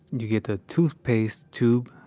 you get the toothpaste tube,